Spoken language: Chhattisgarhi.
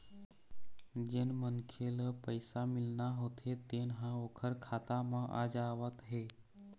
जेन मनखे ल पइसा मिलना होथे तेन ह ओखर खाता म आ जावत हे